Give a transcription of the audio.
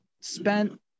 spent